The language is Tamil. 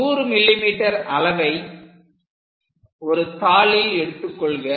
100 mm அளவை ஒரு தாளில் எடுத்து கொள்க